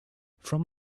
from